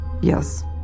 Yes